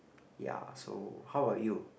ya so how about you